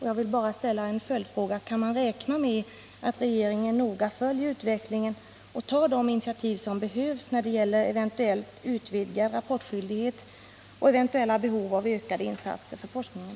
Jag vill bara ställa följdfrågan: Kan man räkna med att regeringen noga följer utvecklingen och tar de initiativ som behövs när det gäller eventuellt utvidgad rapportskyldighet och eventuella behov av ökade insatser för forskningen?